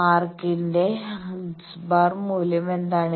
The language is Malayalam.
ആർക്ക് ന്റെ x̄ മൂല്യം എന്താണ്